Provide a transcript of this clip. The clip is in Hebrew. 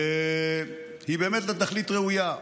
והיא באמת לתכלית ראויה.